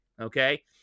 Okay